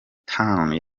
town